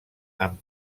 amb